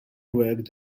worked